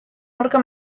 aurka